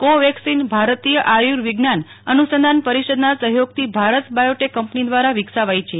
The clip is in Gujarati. કોવકસીન ભારતીય આર્યુવિજ્ઞાન અનુસંધાન પરિષદના સહયોગથી ભારત બાયોટેક કંપની દવ ારા વિકસાવવાઈ છે